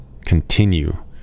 continue